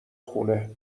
خونه